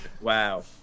Wow